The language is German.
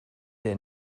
der